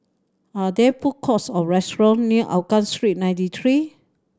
are there food courts or restaurant near Hougang Street Ninety Three